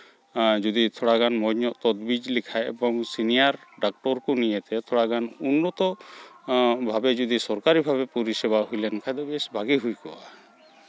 ᱡᱩᱫᱤ ᱛᱷᱚᱲᱟ ᱜᱟᱱ ᱢᱚᱡᱽᱧᱚᱜ ᱛᱚᱡᱽᱵᱤᱡᱽ ᱞᱮᱠᱷᱟᱡ ᱵᱚᱱ ᱥᱤᱱᱤᱭᱟᱨ ᱰᱟᱠᱴᱚᱨ ᱠᱚ ᱱᱤᱭᱮ ᱛᱮ ᱛᱷᱚᱲᱟ ᱜᱟᱱ ᱩᱱᱱᱚᱛᱚ ᱵᱷᱟᱵᱮ ᱡᱩᱫᱤ ᱥᱚᱨᱠᱟᱨᱤ ᱯᱚᱨᱤᱥᱮᱵᱟ ᱦᱩᱭ ᱞᱮᱱᱠᱷᱟᱱ ᱫᱚ ᱵᱮᱥ ᱵᱷᱟᱹᱜᱤ ᱦᱩᱭ ᱠᱚᱜᱼᱟ